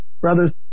brothers